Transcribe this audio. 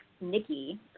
Nikki